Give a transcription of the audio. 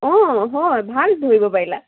অঁ হয় ভাল ধৰিব পাৰিলা